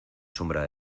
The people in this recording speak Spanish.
sombra